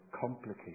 complicated